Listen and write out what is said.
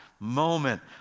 moment